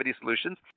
Solutions